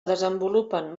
desenvolupen